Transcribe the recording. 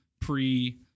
pre